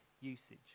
usage